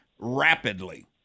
rapidly